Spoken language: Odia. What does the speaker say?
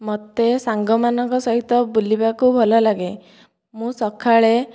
ମୋତେ ସାଙ୍ଗମାନଙ୍କ ସହିତ ବୁଲିବାକୁ ଭଲଲାଗେ ମୁଁ ସକାଳେ